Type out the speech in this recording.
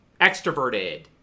extroverted